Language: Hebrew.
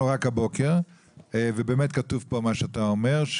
רק הבוקר ובאמת כתוב כאן מה שאתה אומר,